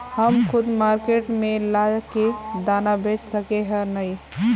हम खुद मार्केट में ला के दाना बेच सके है नय?